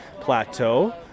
Plateau